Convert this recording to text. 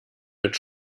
mit